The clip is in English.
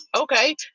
okay